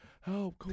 help